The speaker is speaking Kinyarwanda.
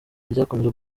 ryakomeje